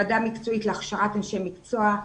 ועדה מקצועית להכשרת אנשי מקצוע,